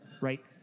Right